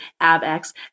Ab-X